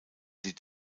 sie